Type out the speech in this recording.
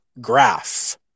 graph